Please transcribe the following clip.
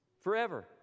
Forever